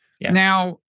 Now